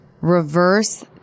reverse